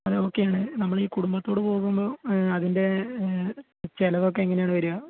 അത് ഓക്കേ ആണ് നമ്മൾ ഈ കുടുംബത്തോടെ പോകുമ്പോൾ അതിൻ്റെ ചിലവൊക്കെ എങ്ങനെയാണ് വരിക